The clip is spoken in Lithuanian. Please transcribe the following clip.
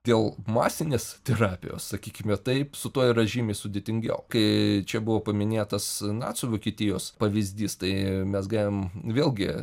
dėl masinės terapijos sakykime taip su tuo yra žymiai sudėtingiau kai čia buvo paminėtas nacių vokietijos pavyzdys tai mes galim vėlgi